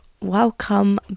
welcome